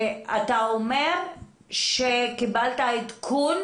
אתה אומר שקיבלת עדכון